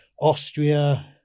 Austria